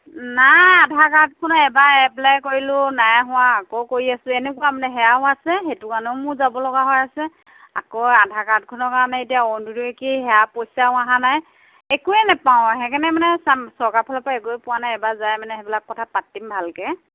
নাই আধাৰ কাৰ্ডখনো এবাৰ এপ্লাই কৰিলো নাই হোৱা আকৌ কৰি আছো এনেকুৱা মানে সেয়াও আছে সেইটো কাৰণেও মোৰ যাব লগা হৈ আছে আকৌ আধাৰ কাৰ্ডখনৰ কাৰণে এতিয়া অৰুণোদয় কি সেয়া পইছাও অহা নাই একোৱে নাপাওঁ সেই কাৰণে মানে চাম চৰকাৰৰ ফালৰ পৰা একোৱে পোৱা নাই এবাৰ যায় মানে সেইবিলাক কথা পাতিম ভালকৈ